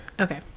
Okay